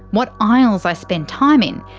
what aisles i spend time in,